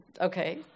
okay